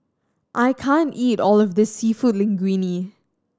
I can't eat all of this Seafood Linguine